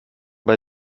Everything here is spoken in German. bei